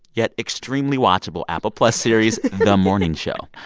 yet extremely watchable apple plus series the morning show.